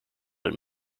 het